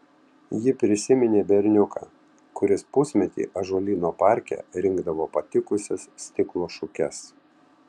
ji prisiminė berniuką kuris pusmetį ąžuolyno parke rinkdavo patikusias stiklo šukes